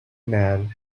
man